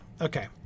okay